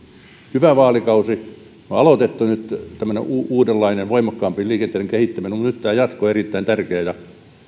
hyvä vaalikausi on aloitettu nyt tämmöinen uudenlainen voimakkaampi liikenteen kehittäminen mutta nyt tämän jatko on erittäin tärkeä ja